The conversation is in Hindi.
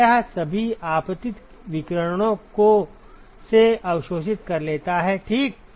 यह सभी आपतित विकिरणों को से अवशोषित कर लेता है ठीक